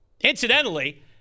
Incidentally